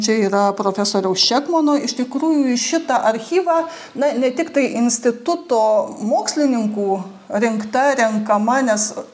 čia yra profesoriaus čekmono iš tikrųjų į šitą archyvą na ne tiktai instituto mokslininkų rinkta renkama nes